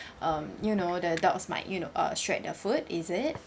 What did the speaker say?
um you know the dogs might you know uh shred the food is it